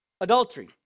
Adultery